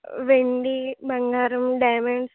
వెండి బంగారం డైమెండ్